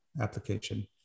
application